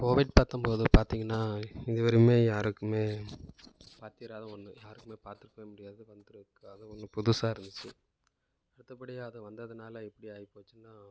Covid பத்தம்போது பார்த்திங்கனா இது வரையும் யாருக்கும் பார்த்திராத ஒன்று யாருக்கும் பாத்திருக்கவே முடியாது வந்திருக்காத ஒன்று புதுசாக இருந்துச்சு மற்றபடி அது வந்ததனால எப்படி ஆகி போச்சுன்னா